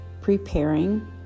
preparing